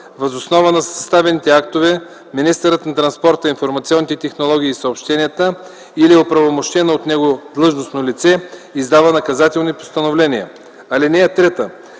Въз основа на съставените актове министърът на транспорта, информационните технологии и съобщенията или оправомощено от него длъжностно лице издава наказателни постановления. (3)